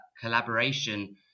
collaboration